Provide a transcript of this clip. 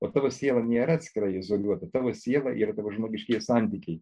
o tavo siela nėra atskirai izoliuota tavo siela yra tavo žmogiškieji santykiai